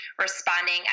responding